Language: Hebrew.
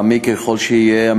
מעמיק ככל שיהיה,